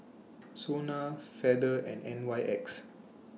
Sona Feather and N Y X